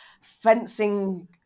fencing